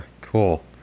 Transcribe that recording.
Cool